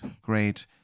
great